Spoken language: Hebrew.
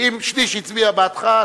ואם שליש הצביע בעדך,